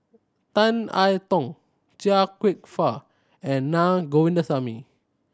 Tan I Tong Chia Kwek Fah and Na Govindasamy